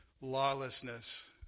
lawlessness